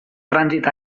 trànsit